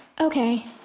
Okay